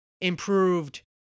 improved